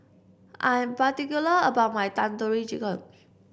I'm particular about my Tandoori Chicken